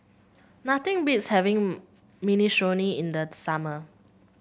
nothing beats having Minestrone in the summer